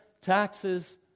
taxes